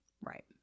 Right